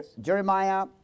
Jeremiah